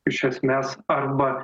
iš esmes arba